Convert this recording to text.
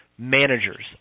Managers